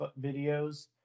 videos